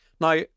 Now